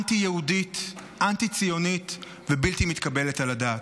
אנטי-יהודית, אנטי-ציונית ובלתי מתקבלת על הדעת.